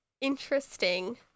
interesting